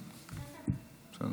הצבעה.